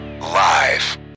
live